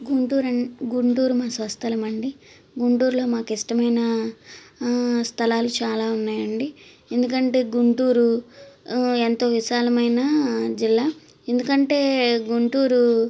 గుంటూరు అం గుంటూరు మా స్వస్థలం అండి గుంటూరులో మాకిష్టమైనా ఆ స్థలాలు చాలా ఉన్నాయండి ఎందుకంటే గుంటూరు ఎంతో విశాలమైన జిల్లా ఎందుకంటే గుంటూరు